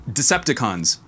Decepticons